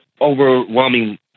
overwhelming